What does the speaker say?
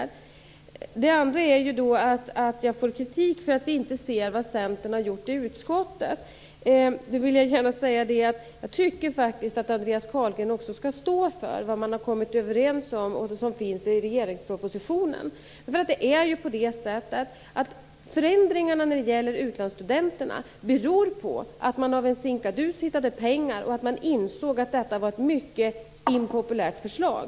För det andra: Jag får nu kritik för att vi inte ser vad Centern har gjort i utskottet. Då vill jag gärna säga att jag tycker att Andreas Carlgren också skall stå för det som man har kommit överens med regeringen om och som finns i propositionen. Förändringarna när det gäller utlandsstudenterna beror ju på att man av en sinkadus hittade pengar och insåg att detta var ett mycket impopulärt förslag.